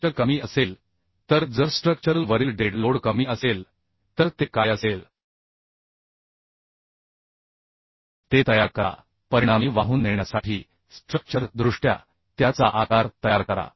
structure कमी असेल तर जर स्ट्रक्चरल वरील डेड लोड कमी असेल तर ते काय असेल ते तयार करा परिणामी वाहून नेण्यासाठी स्ट्रक्चर दृष्ट्या त्याचा आकार तयार करा